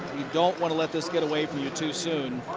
you don't want to let this get away from you too soon.